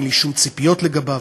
אין לי שום ציפיות ממנו.